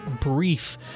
brief